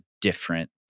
different